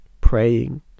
praying